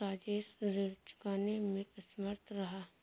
राजेश ऋण चुकाने में असमर्थ रहा